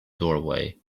doorway